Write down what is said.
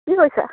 কি কৰিছা